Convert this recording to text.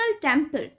temple